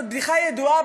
זאת בדיחה ידועה,